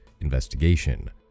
investigation